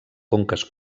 conques